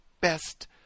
best